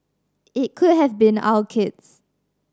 it could have been our kids